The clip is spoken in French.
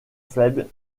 faible